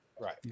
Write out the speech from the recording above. Right